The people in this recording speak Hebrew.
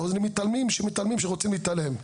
או מתעלמים כשרוצים להתעלם,